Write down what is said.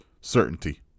certainty